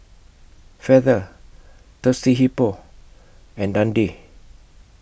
Feather Thirsty Hippo and Dundee